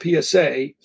PSA